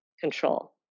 control